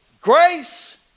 Grace